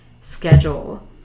schedule